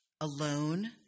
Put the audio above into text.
alone